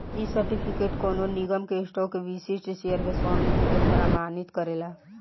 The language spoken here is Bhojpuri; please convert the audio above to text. इ सर्टिफिकेट कवनो निगम के स्टॉक के विशिष्ट शेयर के स्वामित्व के प्रमाणित करेला